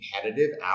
competitive